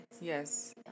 Yes